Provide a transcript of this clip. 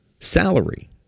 salary